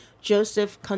Joseph